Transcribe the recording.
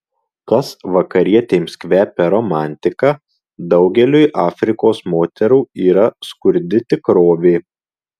kas vakarietėms kvepia romantika daugeliui afrikos moterų yra skurdi tikrovė